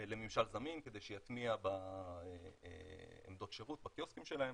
לממשל זמין כדי שיטמיע בעמדות השירות,